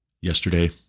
yesterday